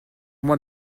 moi